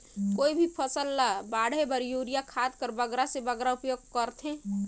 कोई भी फसल ल बाढ़े बर युरिया खाद कर बगरा से बगरा उपयोग कर थें?